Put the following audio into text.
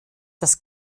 das